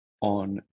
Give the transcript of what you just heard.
on